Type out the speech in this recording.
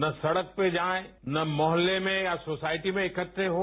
ना सड़क पे जाये ना मोहल्ले में या सोसायटी में इकट्टे हों